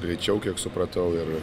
greičiau kiek supratau ir